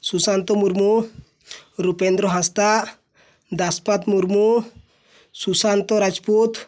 Sushant Murmu Rupendra Hansda Daspat Murmu Sushant Rajput